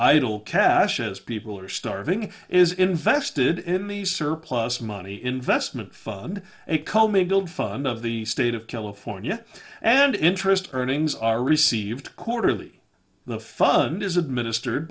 idle cash as people are starving is invested in the surplus money investment fund a co mingled fund of the state of california and interest earnings are received quarterly the fund is administered